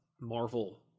Marvel